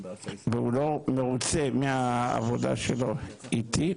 והוא לא מרוצה מהעבודה שלו איתי,